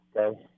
okay